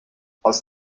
aus